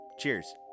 Cheers